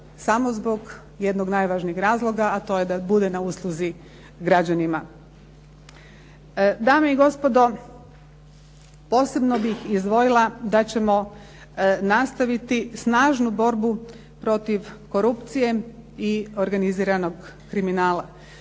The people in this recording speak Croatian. samo zbog jednog najvažnijeg razloga a to je da bude na usluzi građanima. Dame i gospodo, posebno bih izdvojila da ćemo nastaviti snažnu borbu protiv korupcije i organiziranog kriminala,